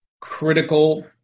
critical